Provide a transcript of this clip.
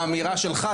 האמירה שלך,